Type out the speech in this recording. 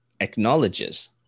acknowledges